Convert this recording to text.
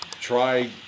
try